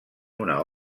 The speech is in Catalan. una